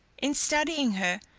in studying her,